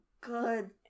good